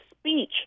speech